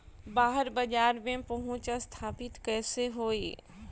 बाहर बाजार में पहुंच स्थापित कैसे होई?